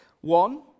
One